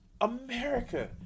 America